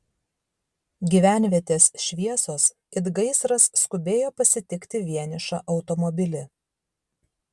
gyvenvietės šviesos it gaisras skubėjo pasitikti vienišą automobilį